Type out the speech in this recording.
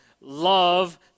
love